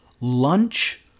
Lunch